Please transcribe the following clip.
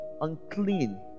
unclean